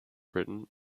britain